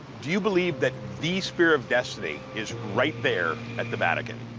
do you believe that the spear of destiny is right there at the vatican?